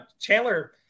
Chandler